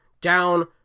down